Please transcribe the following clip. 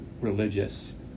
religious